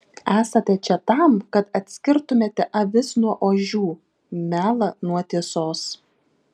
esate čia tam kad atskirtumėte avis nuo ožių melą nuo tiesos